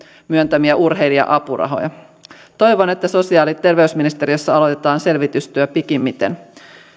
myöntämiä urheilija apurahoja toivon että sosiaali ja terveysministeriössä aloitetaan selvitystyö pikimmiten